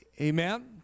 Amen